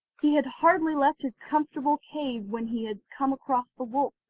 he had hardly left his comfortable cave when he had come across the wolf,